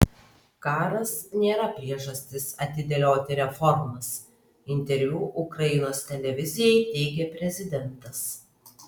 karas nėra priežastis atidėlioti reformas interviu ukrainos televizijai teigė prezidentas